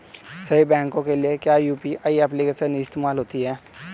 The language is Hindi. सभी बैंकों के लिए क्या यू.पी.आई एप्लिकेशन ही इस्तेमाल होती है?